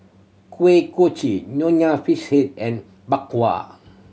Kuih Kochi Nonya Fish Head and Bak Kwa